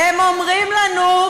והם אומרים לנו,